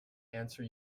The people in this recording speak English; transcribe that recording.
answer